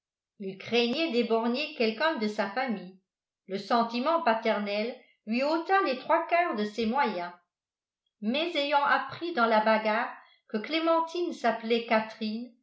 il craignait d'éborgner quelqu'un de sa famille le sentiment paternel lui ôta les trois quarts de ses moyens mais ayant appris dans la bagarre que clémentine s'appelait catherine